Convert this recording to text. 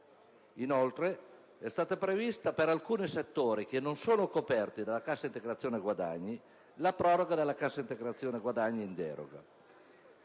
Inoltre, è stata prevista per alcuni settori che non sono coperti dalla cassa integrazione guadagni la proroga della cassa integrazione guadagni in deroga,